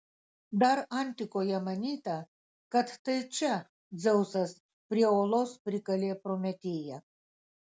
dar antikoje manyta kad tai čia dzeusas prie uolos prikalė prometėją